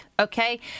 okay